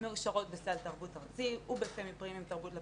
מאושרות בסל תרבות ארצי ובפמי פרימיום עם תרבות לפריפריה,